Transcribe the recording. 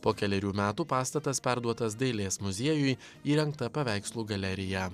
po kelerių metų pastatas perduotas dailės muziejui įrengta paveikslų galerija